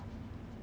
很多